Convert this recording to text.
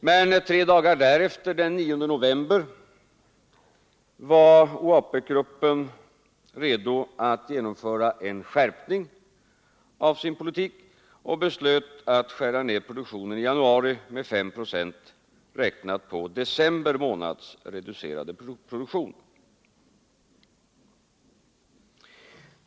Men tre dagar därefter, den 9 november, var OAPEC-gruppen redo att genomföra en skärpning av sin politik och beslöt att skära ned produktionen i januari med S procent, räknat på december månads reducerade produktion.